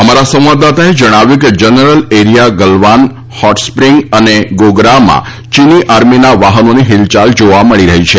અમારા સંવાદદાતાએ જણાવ્યું હતું કે જનરલ એરિયા ગલવાન હોટસ્પ્રિંગ અને ગોગરામાં ચીની આર્મીના વાહનોની હિલયાલ જોવા મળી રહી છે